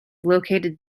located